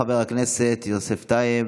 חבר הכנסת יוסף טייב,